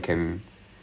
ah okay